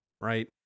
right